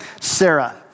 Sarah